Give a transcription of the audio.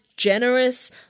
generous